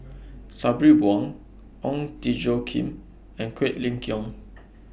Sabri Buang Ong Tjoe Kim and Quek Ling Kiong